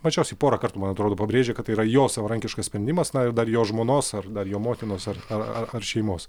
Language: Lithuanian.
mažiausiai porą kartų man atrodo pabrėžia kad tai yra jo savarankiškas sprendimas na ir dar jo žmonos ar dar jo motinos ar ar a šeimos